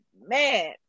man